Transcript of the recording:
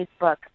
Facebook